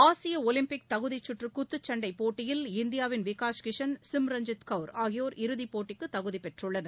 ஆசியஒலிம்பிக் தகுதிக்கற்றுகுத்துச்சண்டைபோட்டியில் இந்தியாவின் விகாஷ் கிஷன் சிம்ரஞ்சித் கவுர் ஆகியோர் இறுதிப்போட்டிக்குதகுதிபெற்றுள்ளனர்